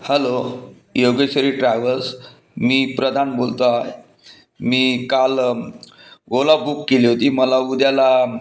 hello Yogeshwari travels मी प्रधान बोलतो आहे मी काल ओला बुक केली होती मला उद्याला